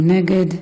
מי נגד?